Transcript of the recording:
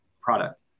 product